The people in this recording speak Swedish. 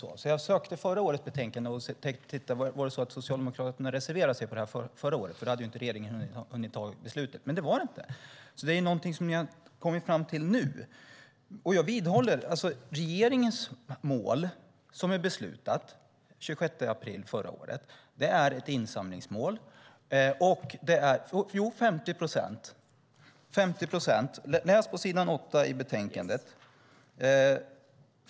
Jag tittade därför i förra årets betänkande för att se om Socialdemokraterna då reserverade sig på den här punkten - då hade ju regeringen inte hunnit fatta beslutet - men det hade de inte gjort. Det är alltså någonting som de nu kommit fram till. Regeringens mål, som beslutades den 26 april förra året, är ett insamlingsmål. Ja, 50 procent av matavfallet är ett insamlingsmål.